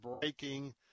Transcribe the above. Breaking